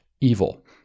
evil